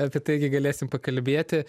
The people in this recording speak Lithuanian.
apie tai gi galėsim pakalbėti